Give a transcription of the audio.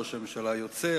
ראש הממשלה היוצא,